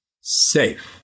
safe